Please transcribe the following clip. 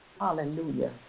Hallelujah